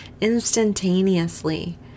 instantaneously